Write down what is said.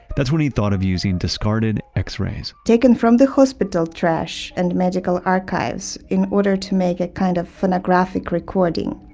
that's when he thought of using discarded x-rays taken from the hospital trash and medical archives in order to make a kind of phonographic recording,